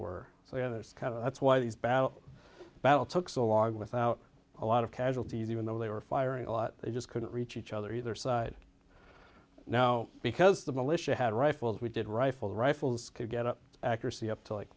so the others that's why these battle battle took so long without a lot of casualties even though they were firing a lot they just couldn't reach each other either side now because the militia had rifles we did rifle the rifles could get up accuracy up to like